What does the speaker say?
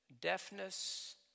deafness